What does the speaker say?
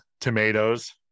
tomatoes